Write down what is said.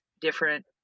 different